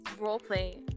role-play